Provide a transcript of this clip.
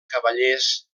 cavallers